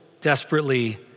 desperately